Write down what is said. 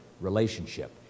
relationship